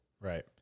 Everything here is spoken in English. Right